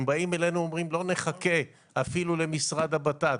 הם באים אלינו ואומרים: לא נחכה אפילו למשרד הבט"פ,